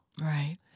Right